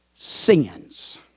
Sins